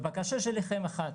הבקשה שלי אליכם היא אחת,